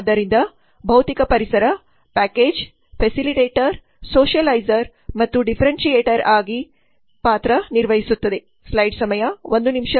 ಆದ್ದರಿಂದ ಭೌತಿಕ ಪರಿಸರ ಪ್ಯಾಕೇಜ್ ಫೆಸಿಲಿಟೇಟರ್ ಸೋಷಿಯಲೈಸರ್ ಮತ್ತು ಡಿಫರೆನ್ಷಿಯೇಟರ್ ಆಗಿ ನಿರ್ವಹಿಸಿದ ಪಾತ್ರಗಳು